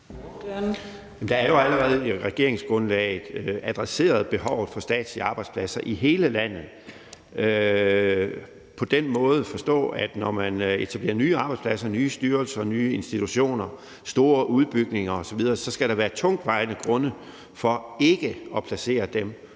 Der er jo allerede i regeringsgrundlaget adresseret behovet for statslige arbejdspladser i hele landet sådan at forstå, at når man etablerer nye arbejdspladser, nye styrelser, nye institutioner, store udbygninger osv., så skal der være tungtvejende grunde til ikke at placere dem